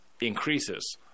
increases